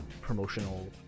promotional